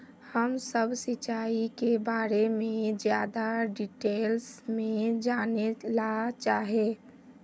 हम सब सिंचाई के बारे में ज्यादा डिटेल्स में जाने ला चाहे?